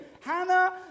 Hannah